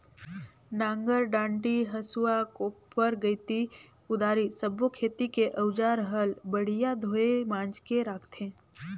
नांगर डांडी, हसुआ, कोप्पर गइती, कुदारी सब्बो खेती के अउजार हल बड़िया धोये मांजके राखथे